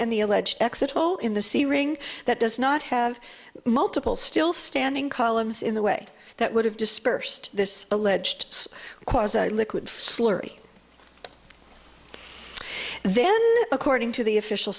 and the alleged exit hole in the c ring that does not have multiple still standing columns in the way that would have dispersed this alleged liquid slurry then according to the official